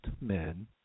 men